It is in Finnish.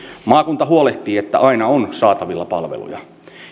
maakunta huolehtii että aina on saatavilla palveluja